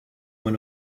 went